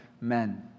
men